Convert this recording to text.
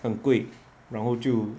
很贵然后就